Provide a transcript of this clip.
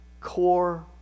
core